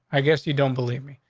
i guess you don't believe me.